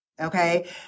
Okay